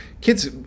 kids –